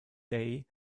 day